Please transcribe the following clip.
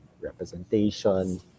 representation